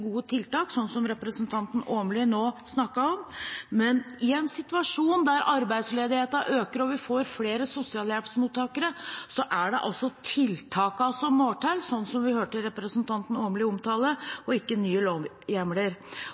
gode tiltak, sånn som representanten Åmland nå snakket om. Men i en situasjon der arbeidsledigheten øker og vi får flere sosialhjelpsmottakere, er det tiltakene som må til, sånn som vi hørte representanten Åmland omtale, og ikke nye lovhjemler.